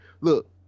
look